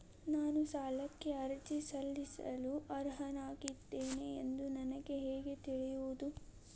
ನಾನು ಸಾಲಕ್ಕೆ ಅರ್ಜಿ ಸಲ್ಲಿಸಲು ಅರ್ಹನಾಗಿದ್ದೇನೆ ಎಂದು ನನಗೆ ಹೇಗೆ ತಿಳಿಯುವುದು?